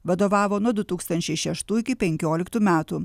vadovavo nuo du tūkstančiai šeštų iki penkioliktų metų